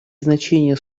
значение